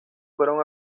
fueron